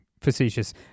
facetious